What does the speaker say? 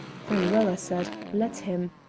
very well, i said let him!